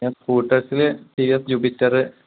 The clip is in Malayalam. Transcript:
ഞാൻ സ്കൂട്ടസിൽ ടി വി എസ് ജൂബിറ്ററ്